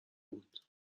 بود